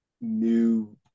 new